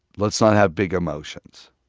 let's not have big emotions